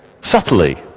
subtly